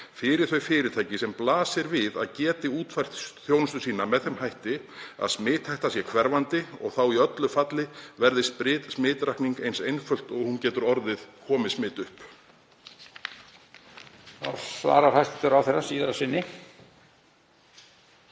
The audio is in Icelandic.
fyrir þau fyrirtæki sem blasir við að geta útfært þjónustu sína með þeim hætti að smithætta verði hverfandi og í öllu falli verði smitrakning eins einföld og hún getur orðið, komi smit upp?